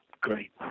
great